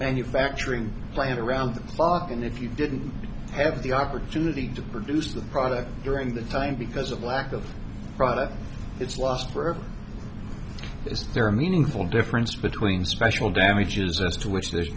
manufacturing plant around the clock and if you didn't have the opportunity to produce the product during that time because of lack of product it's lost forever is there a meaningful difference between special damages as to which there's